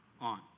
on